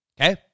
Okay